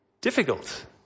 difficult